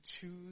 choose